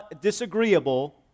disagreeable